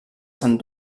sant